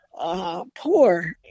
Poor